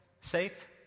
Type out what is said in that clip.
safe